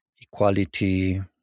equality